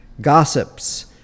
gossips